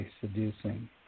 seducing